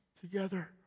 together